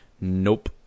Nope